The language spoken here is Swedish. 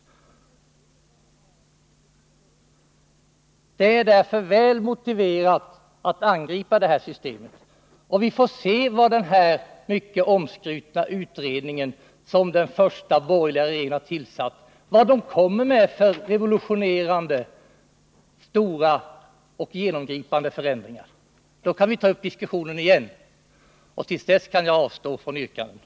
Det är därför väl motiverat att angripa det här systemet. Vi får väl se vad den här mycket omskrutna utredningen, som den första borgerliga regeringen tillsatte, kommer med för revolutionerande, stora och genomgripande förslag till förändringar. Då kan vi ta upp diskussionen igen, och till dess kan jag avstå från yrkanden.